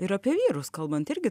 ir apie vyrus kalbant irgi